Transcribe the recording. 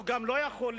אנחנו גם לא יכולים